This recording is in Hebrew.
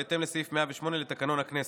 בהתאם לסעיף 108 לתקנון הכנסת.